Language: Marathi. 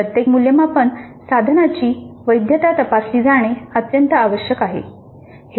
प्रत्येक मूल्यमापन साधनाची वैधता तपासली जाणे अत्यंत आवश्यक आहे